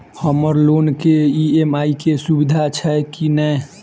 हम्मर लोन केँ ई.एम.आई केँ सुविधा छैय की नै?